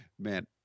man